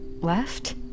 left